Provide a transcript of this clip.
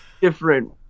different